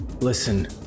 Listen